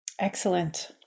Excellent